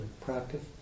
practice